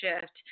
shift